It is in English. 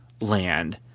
land